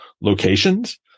locations